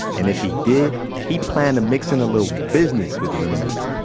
and if he did, he planned to mix in a little business with the reminiscent